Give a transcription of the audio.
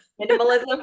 minimalism